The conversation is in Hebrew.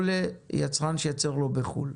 או ליצרן שייצר לו בחו"ל.